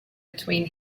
between